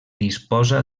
disposa